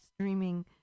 streaming